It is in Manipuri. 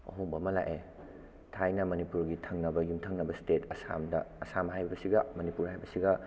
ꯑꯍꯣꯡꯕ ꯑꯃ ꯂꯥꯛꯑꯦ ꯊꯥꯏꯅ ꯃꯅꯤꯄꯨꯔꯒꯤ ꯊꯪꯅꯕ ꯌꯨꯝꯊꯪꯅꯕ ꯏꯁꯇꯦꯠ ꯑꯁꯥꯝꯗ ꯑꯁꯥꯝ ꯍꯥꯏꯕꯁꯤꯒ ꯃꯅꯤꯄꯨꯔ ꯍꯥꯏꯕꯁꯤꯒ